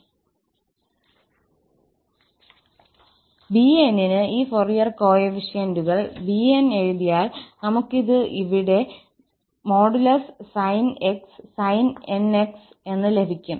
𝑏𝑛 ന് ഈ ഫൊറിയർ കോഎഫിഷ്യന്റുകൾ 𝑏𝑛 എഴുതിയാൽ നമുക്ക് ഇത് |sin𝑥 | sin𝑛𝑥 എന്ന് ലഭിക്കും